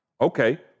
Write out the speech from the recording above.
Okay